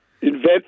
Invent